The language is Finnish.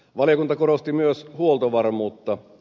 valiokunta korosti myös huoltovarmuutta